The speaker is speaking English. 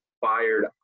fired